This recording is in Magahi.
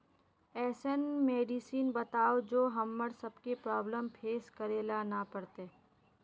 ऐसन मेडिसिन बताओ जो हम्मर सबके प्रॉब्लम फेस करे ला ना पड़ते?